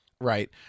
Right